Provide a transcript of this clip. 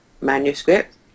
manuscript